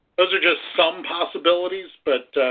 those are just some possibilities. but,